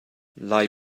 lai